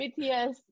bts